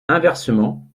inversement